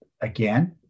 again